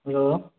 hello